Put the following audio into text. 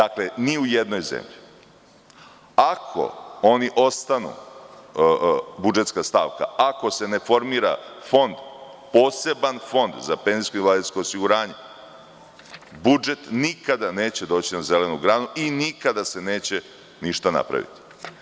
Ako oni ostanu budžetska stavka, ako se ne formira poseban fond za penzijsko i invalidsko osiguranje, budžet nikada neće doći na zelenu granu i nikada se neće ništa napraviti.